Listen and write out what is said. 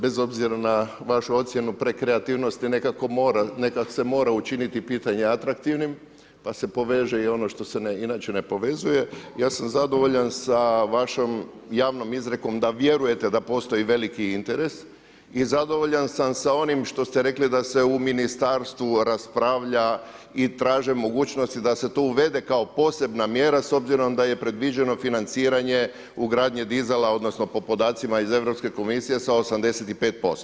Bez obzira na vašu ocjenu prekreativnosti nekako mora, nekako se mora učiniti pitanje atraktivnim pa se poveže i ono što se inače ne povezuje, ja sam zadovoljan sa vašom javnom izrekom da vjerujete da postoji veliki interes i zadovoljan sam sa onim što ste rekli da se u ministarstvu raspravlja i traže mogućnosti da se to uvede kao posebna mjera s obzirom da je predviđeno financiranje ugradnje dizala odnosno po podacima i Europske komisije sa 85%